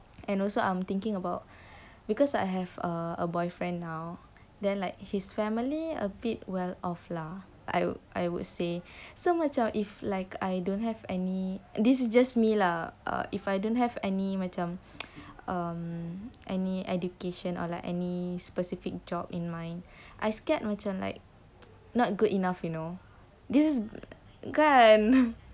and also I'm thinking about because I have a boyfriend now then like his family a bit well off lah I would I would say so macam if like I don't have any this is just me lah err if I don't have any macam um any education or like any specific job in mind I scared macam like not good enough you know this is kan